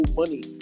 money